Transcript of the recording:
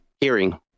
hearing